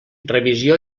revisió